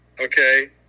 okay